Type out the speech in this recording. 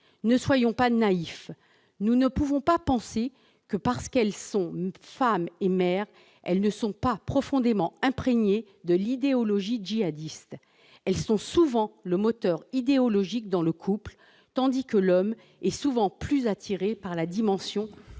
Ne soyons pas naïfs ; nous ne pouvons pas présumer que, parce qu'elles sont femmes et mères, elles ne sont pas profondément imprégnées de l'idéologie djihadiste. Elles sont souvent le moteur idéologique dans le couple, l'homme étant davantage attiré par la dimension combattante.